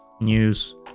news